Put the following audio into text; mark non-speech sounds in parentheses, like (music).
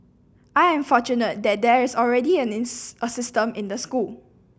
I am fortunate that there is already (unintelligible) a system in the school